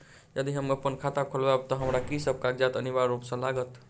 यदि हम अप्पन खाता खोलेबै तऽ हमरा की सब कागजात अनिवार्य रूप सँ लागत?